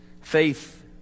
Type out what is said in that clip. Faith